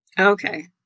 Okay